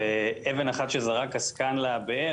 ואבן אחת שזרק עסקן לבאר,